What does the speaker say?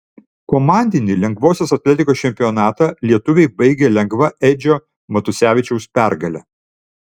komandinį lengvosios atletikos čempionatą lietuviai baigė lengva edžio matusevičiaus pergale